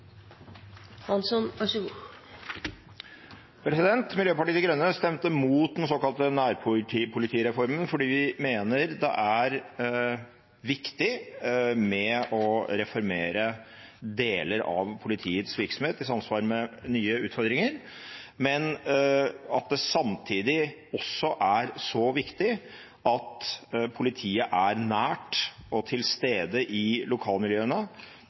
viktig å reformere deler av politiets virksomhet i samsvar med nye utfordringer, men at det samtidig er så viktig at politiet er nært og til stede i